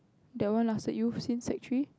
that one lasted you since century